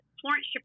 Florence